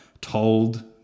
told